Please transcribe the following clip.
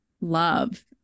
love